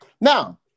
Now